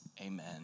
Amen